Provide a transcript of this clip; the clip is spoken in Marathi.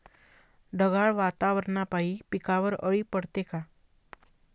ढगाळ वातावरनापाई पिकावर अळी पडते का?